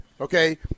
Okay